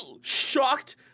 shocked